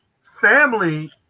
family